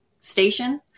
station